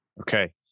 Okay